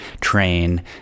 train